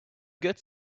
good